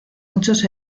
muchos